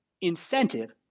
incentive